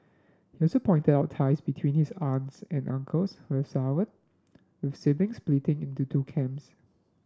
he also pointed out ties between his aunts and uncles have soured with the siblings split into two camps